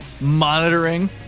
monitoring